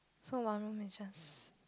so one room is just